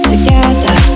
Together